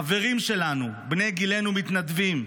חברים שלנו, בני גילנו, מתנדבים,